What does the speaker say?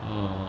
orh